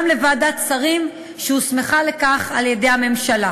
לוועדת שרים שהוסמכה לכך על-ידי הממשלה,